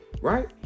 right